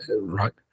right